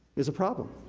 is a problem.